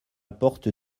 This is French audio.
porte